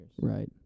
Right